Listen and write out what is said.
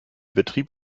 betrieb